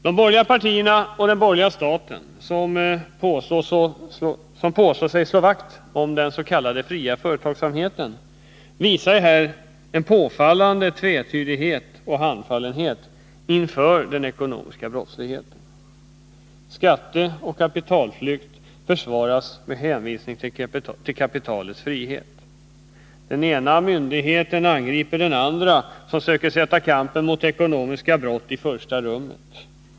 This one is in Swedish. De borgerliga partierna och den borgerliga staten, som påstår sig slå vakt om den s.k. fria företagsamheten, visar en påfallande tvetydighet och handfallenhet inför den ekonomiska brottsligheten. Skatteoch kapitalflykt försvaras med hänvisning till kapitalets frihet. Den ena myndigheten angriper den andra myndigheten, som söker sätta kampen mot ekonomisk brottslighet i första rummet.